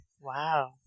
Wow